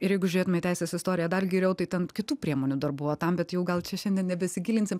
ir jeigu žiūrėtume į teisės istoriją dar giliau tai ten kitų priemonių dar buvo tam bet jau gal čia šiandien nebesigilinsim